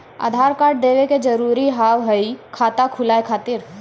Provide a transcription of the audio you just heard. आधार कार्ड देवे के जरूरी हाव हई खाता खुलाए खातिर?